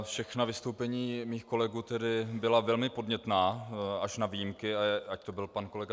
Všechna vystoupení mých kolegů byla velmi podnětná, až na výjimky, ať to byl pan kolega